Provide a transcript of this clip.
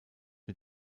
mit